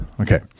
Okay